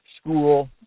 school